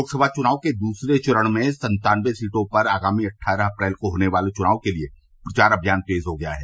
लोकसभा चुनाव के दूसरे चरण में सन्तानबे सीटों पर आगामी अट्ठारह अप्रैल को होने वाले चुनाव के लिए प्रचार अभियान तेज हो गया है